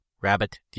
rabbit